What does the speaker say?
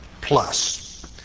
plus